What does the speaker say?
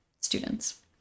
students